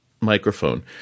microphone